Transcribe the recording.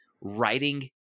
writing